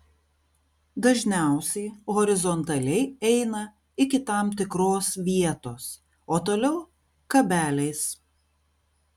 dažniausiai horizontaliai eina iki tam tikros vietos o toliau kabeliais